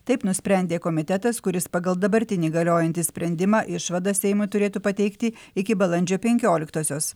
taip nusprendė komitetas kuris pagal dabartinį galiojantį sprendimą išvadas seimui turėtų pateikti iki balandžio penkioliktosios